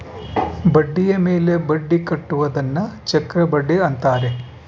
ಬಡ್ಡಿಯ ಮೇಲೆ ಬಡ್ಡಿ ಕಟ್ಟುವುದನ್ನ ಚಕ್ರಬಡ್ಡಿ ಅಂತಾರೆ